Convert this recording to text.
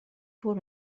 pour